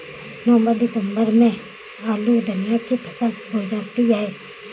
नवम्बर दिसम्बर में आलू धनिया की फसल बोई जाती है?